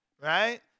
right